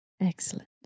Excellent